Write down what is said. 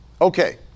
Okay